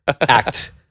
act